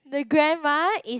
the grandma is